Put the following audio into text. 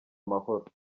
amahoro